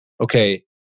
okay